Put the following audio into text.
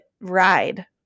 ride